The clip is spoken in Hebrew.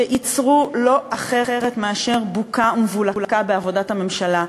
שייצרו לא אחרת מאשר בוקה ומבולקה בעבודת הממשלה.